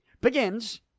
begins